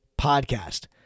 podcast